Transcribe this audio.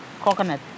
coconut